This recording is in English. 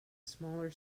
smaller